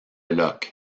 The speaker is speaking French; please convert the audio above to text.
loch